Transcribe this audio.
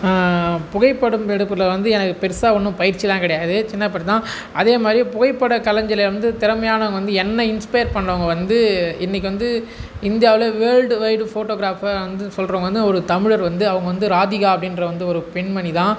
புகைப்படம் எடுப்பதில் வந்து எனக்கு பெருசாக ஒன்றும் பயிற்சியெலாம் கிடையாது சின்ன தான் அதேமாதிரி புகைப்பட கலைஞ்ர்சல வந்து திறமையானவங்க வந்து என்னை இன்ஸ்பையர் பண்ணவங்க வந்து இன்றைக்கு வந்து இந்தியாவுலேயே வேர்ல்டு வைட் ஃபோட்டோகிராஃபர் வந்து சொல்லுறவங்க வந்து ஒரு தமிழர் வந்து அவங்க வந்து ராதிகா அப்படின்ற வந்து ஒரு பெண்மணிதான்